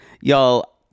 y'all